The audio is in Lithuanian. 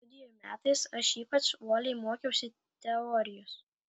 studijų metais aš ypač uoliai mokiausi teorijos